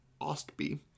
Ostby